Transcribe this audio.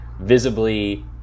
visibly